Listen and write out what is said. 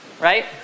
right